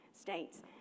states